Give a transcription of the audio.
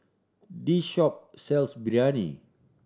this shop sells Biryani